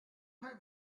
pay